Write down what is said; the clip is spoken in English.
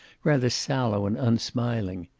rather sallow and unsmiling.